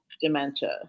dementia